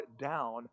down